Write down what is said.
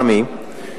פמ"י,